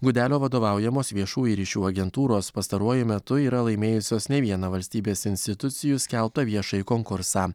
gudelio vadovaujamos viešųjų ryšių agentūros pastaruoju metu yra laimėjusios ne vieną valstybės institucijų skelbtą viešąjį konkursą